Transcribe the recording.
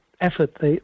effort